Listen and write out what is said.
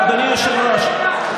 אדוני היושב-ראש,